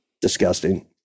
Disgusting